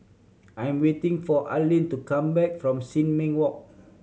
I am waiting for Arleen to come back from Sin Ming Walk